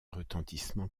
retentissement